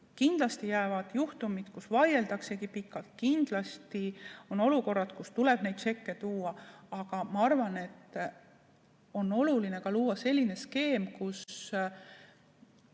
Kindlasti jäävad juhtumid, kus vaieldaksegi pikalt, kindlasti on olukorrad, kus tuleb tšekke tuua, aga ma arvan, et on oluline luua ka selline skeem,